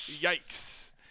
Yikes